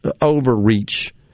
overreach